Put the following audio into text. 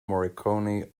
morricone